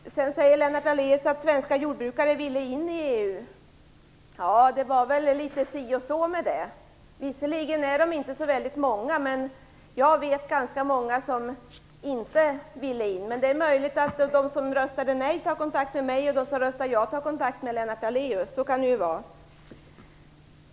Sedan säger Lennart Daléus att svenska jordbrukare ville in i EU. Det är väl litet si och så med den saken. Visserligen är jordbrukarna inte så många, men jag vet många som inte ville in. Å andra sidan är det möjligt att de som röstade nej tog kontakt med mig och de som röstade ja tog kontakt med Lennart Daléus. Så kan det ju vara.